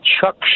Chuck